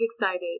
excited